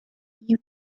you